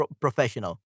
professional